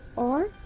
or,